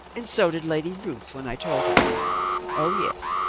and so did lady ruth when i told her oh yes,